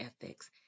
ethics